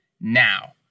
Now